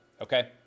okay